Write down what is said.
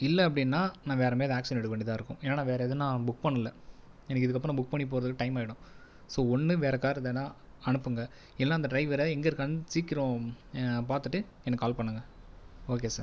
இல்லை அப்படின்னால் நான் வேற மாதிரி அதை ஆக்சன் எடுக்க வேண்டியதாக இருக்கும் ஏன்னா நான் வேற எதுவும் நான் புக் பண்ணலை எனக்கு இதுக்கப்புறம் புக் பண்ணி போகறதுக்கு டைம் ஆகிடும் ஸோ ஒன்று வேற கார் எதனா அனுப்புங்க இல்லைனா அந்த டிரைவரை எங்கே இருக்கான் சீக்கரம் பார்த்துட்டு எனக்கு கால் பண்ணுங்க ஓகே சார்